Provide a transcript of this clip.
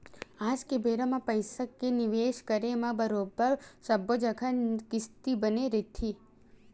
आज के बेरा म पइसा के निवेस करे म बरोबर सब्बो जघा रिस्क बने रहिथे